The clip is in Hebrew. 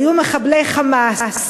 היו מחבלי "חמאס",